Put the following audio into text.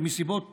שמסיבות שונות,